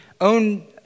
own